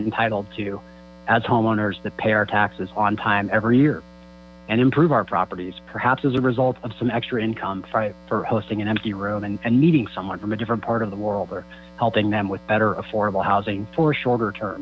entitled to as homeowners to pay our taxes on time every year and improve our properties perhaps as a result of some extra income for hosting an empty room and meeting someone from a different part of the world or helping them with better affordable housing for a shorter term